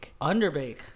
Underbake